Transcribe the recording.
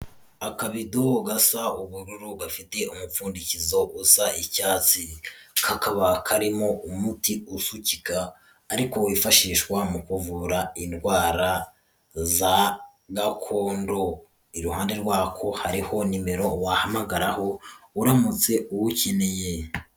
Akabido gasa ubururu, gafite umupfundikizo usa icyatsi. Kakaba karimo umuti usukika, ariko wifashishwa mu kuvura indwara za gakondo. Iruhande rwako hariho nimero wahamagaraho, uramutse uwukeneye.